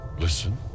listen